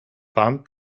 pan